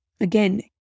again